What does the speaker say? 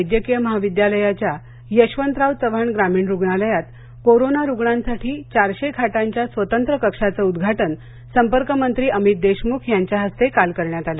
वैद्यकीय महाविद्यालयाच्या यशवंतराव चव्हाण ग्रामीण रुग्णालयात कोरोना रुग्णांसाठी चारशे खाटांच्या स्वतंत्र कक्षाचं उद्घाटन संपर्कमंत्री अमित देशमुख यांच्या हस्ते काल करण्यात आलं